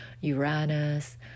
uranus